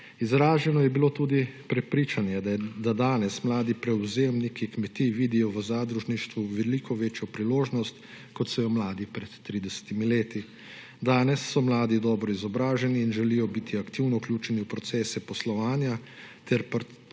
Izraženo je bilo tudi prepričanje, da danes mladi prevzemniki kmetij vidijo v zadružništvu veliko večjo priložnost, kot so jo mladi pred 30 leti. Danes so mladi dobro izobraženi in želijo biti aktivno vključeni v procese poslovanja ter participirati